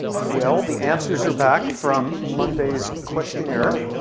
well, the answers are back from monday's questionnaire.